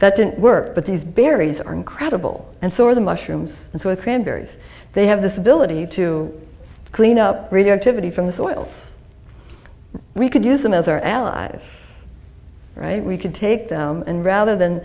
that didn't work but these berries are incredible and so are the mushrooms and so it is they have this ability to clean up radioactivity from the soil we could use them as our allies right we could take and rather than